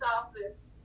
office